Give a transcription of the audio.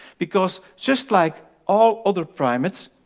because just like all other primates,